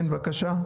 כן, בבקשה?